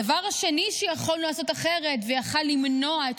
הדבר השני שיכולנו לעשות אחרת ויכול היה למנוע את